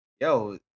yo